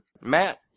Matt